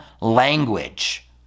language